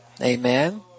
Amen